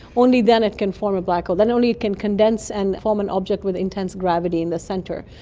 only then it can form a black hole, then only it can condense and form an object with intense gravity in the centre.